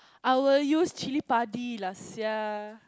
I will use chilli padi lah sia